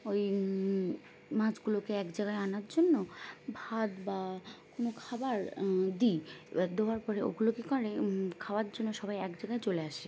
ওই মাছগুলোকে এক জায়গায় আনার জন্য ভাত বা কোনো খাবার দিই এবার দেওয়ার পরে ওগুলো কী করে খাওয়ার জন্য সবাই এক জায়গায় চলে আসে